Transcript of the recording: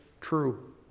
true